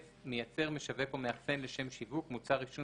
(2א)מייצר, משווק או מאחסן לשם שיווק מוצר עישון